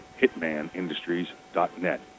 Hitmanindustries.net